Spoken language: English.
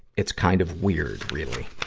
it's kind of weird, really.